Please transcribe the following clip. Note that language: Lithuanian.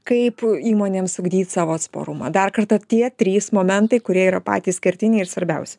kaip įmonėms ugdyt savo atsparumą dar kartą tie trys momentai kurie yra patys kertiniai ir svarbiausi